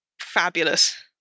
fabulous